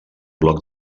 bloc